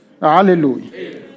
Hallelujah